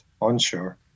onshore